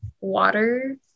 water